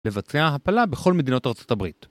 לבצע הפלה בכל מדינות ארה״ב